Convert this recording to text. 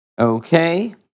Okay